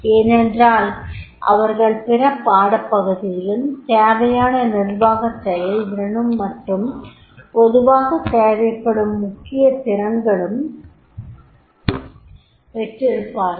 ஏனென்றால் அவர்கள் பிற பாடப் பகுதியிலும் தேவையான நிர்வாகச் செயல்திறனும் மற்றும் பொதுவாக தேவைப்படும் முக்கியத்திறன்களும் பெற்றிருப்பார்கள்